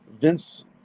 Vince